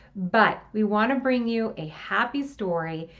but. we want to bring you a happy story,